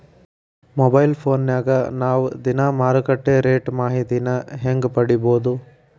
Mobile ಫೋನ್ಯಾಗ ನಾವ್ ದಿನಾ ಮಾರುಕಟ್ಟೆ ರೇಟ್ ಮಾಹಿತಿನ ಹೆಂಗ್ ಪಡಿಬೋದು?